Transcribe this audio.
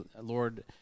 lord